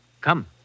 Come